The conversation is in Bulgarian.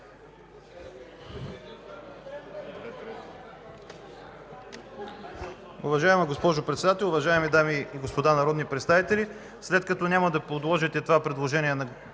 Уважаема госпожо Председател, уважаеми дами и господа народни представители! След като няма да подложите това предложение на госпожа